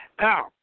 Now